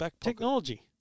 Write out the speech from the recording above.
technology